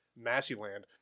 Massyland